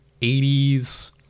80s